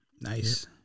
Nice